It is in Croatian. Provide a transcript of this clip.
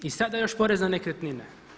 I sada još porez na nekretnine.